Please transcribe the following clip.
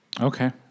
Okay